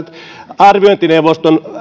arviointineuvoston